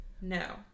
No